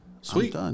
sweet